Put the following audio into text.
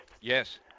Yes